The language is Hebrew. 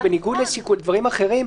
בניגוד לדברים אחרים,